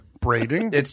Braiding